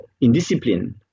indiscipline